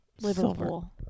Liverpool